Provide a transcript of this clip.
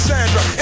Sandra